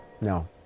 no